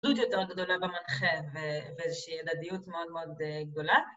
‫אחדות יותר גדולה במנחה ‫ואיזושהי הדדיות מאוד מאוד גדולה.